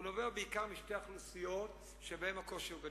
הוא נובע בעיקר משתי אוכלוסיות, שבהן הקושי גדול: